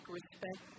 respect